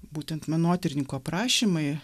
būtent menotyrininkų aprašymai